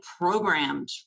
programmed